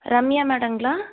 Ramya மேடங்களா